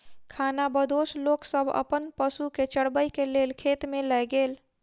खानाबदोश लोक सब अपन पशु के चरबै के लेल खेत में लय गेल